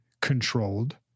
controlled